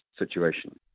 situation